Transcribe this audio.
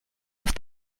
auf